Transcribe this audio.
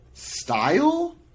style